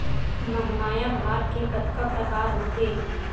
महमाया भात के कतका प्रकार होथे?